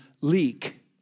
leak